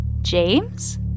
James